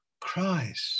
christ